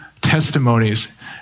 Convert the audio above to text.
testimonies